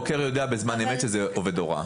חוקר יודע בזמן אמת שזה עובד הוראה.